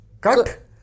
cut